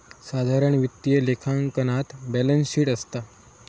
साधारण वित्तीय लेखांकनात बॅलेंस शीट असता